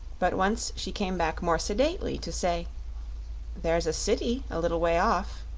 but once she came back more sedately, to say there's a city a little way off.